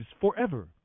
forever